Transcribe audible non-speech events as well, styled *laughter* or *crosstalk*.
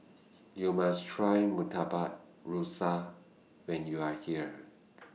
YOU must Try Murtabak Rusa when YOU Are here *noise*